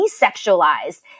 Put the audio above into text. desexualized